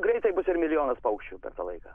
greitai bus ir milijonas paukščių per tą laiką